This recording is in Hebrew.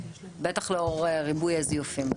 בטח לאור ריבוי הזיופים.